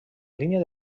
línia